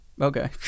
Okay